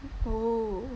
oo